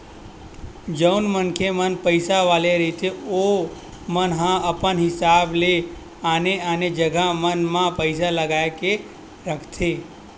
जउन मनखे मन पइसा वाले रहिथे ओमन ह अपन हिसाब ले आने आने जगा मन म पइसा लगा के रखथे